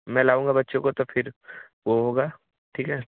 मै लाऊँगा बच्चों को तो फिर वह होगा ठीक है